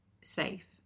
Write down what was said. safe